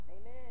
Amen